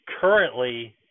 currently